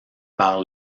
par